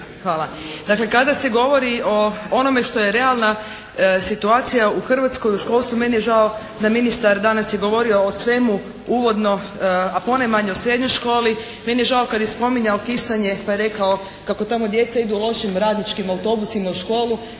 (SDP)** Dakle, kada se govori o onome što je realna situacija u Hrvatskoj u školstvu meni je žao da ministar danas je govorio o svemu uvodno, a ponajmanje u srednjoj školi. Meni je žao kad je spominjao kistanje, pa je rekao kako tamo djeca idu lošim radničkim autobusima u školu,